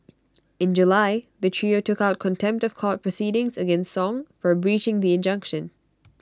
in July the trio took out contempt of court proceedings against song for breaching the injunction